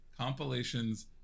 compilations